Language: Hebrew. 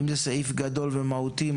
אם זה סעיף גדול ומהותי,